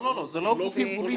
לא, לא, זה לא גופים פוליטיים.